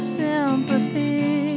sympathy